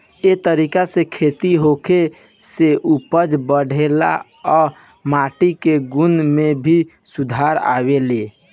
ए तरीका से खेती होखे से उपज बढ़ेला आ माटी के गुण में भी सुधार आवेला